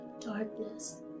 darkness